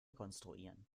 konstruieren